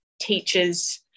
teachers